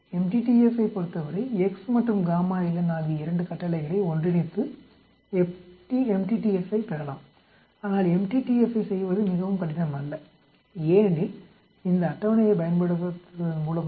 MTTF ஐப் பொறுத்தவரை x மற்றும் GAMMALN ஆகிய 2 கட்டளைகளை ஒன்றிணைத்து MTTF ஐப் பெறலாம் ஆனால் MTTF ஐ செய்வது மிகவும் கடினம் அல்ல ஏனெனில் இந்த அட்டவணையைப் பயன்படுத்துவதன் மூலமாக